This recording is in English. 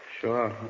Sure